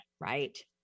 right